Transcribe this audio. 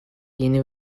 yeni